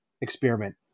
experiment